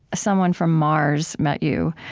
someone from mars met you.